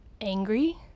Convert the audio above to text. angry